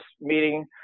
meeting